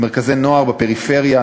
במרכזי נוער בפריפריה,